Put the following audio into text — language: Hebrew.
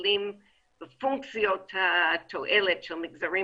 והבדלים בפונקציות התועלת שלמגזרים